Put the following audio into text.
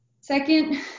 Second